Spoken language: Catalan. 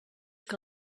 que